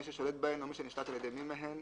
מי ששולט בהן או מי שנשלט על ידי מי מהן,